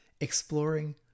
exploring